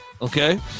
Okay